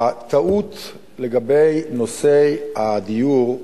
הטעות לגבי נושא הדיור,